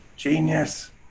genius